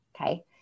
okay